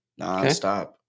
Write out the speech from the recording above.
nonstop